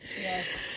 yes